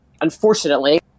unfortunately